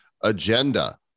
agenda